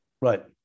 Right